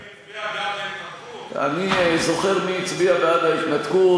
אתה זוכר מי הצביע בעד ההתנתקות?